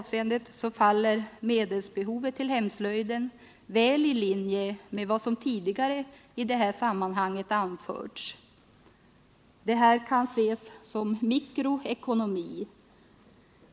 Önskemålet att täcka hemslöjdens medelsbehov ligger väl i linje med vad som tidigare i detta sammanhang anförts. Det kan ses som en mikroekonomisk fråga.